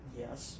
yes